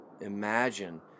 imagine